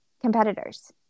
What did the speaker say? competitors